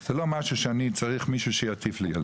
זה לא משהו שאני צריך מישהו שיטיף לי על זה.